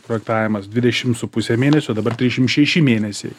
projektavimas dvidešim su puse mėnesio dabar trišim šeši mėnesiai